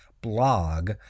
blog